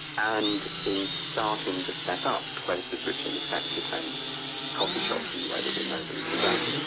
and in starting to set up places which in effect became coffee shops, in the way that we know them today.